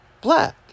black